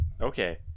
Okay